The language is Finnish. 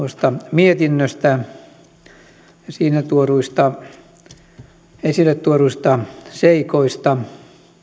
mietinnöstä ja siinä esille tuoduista seikoista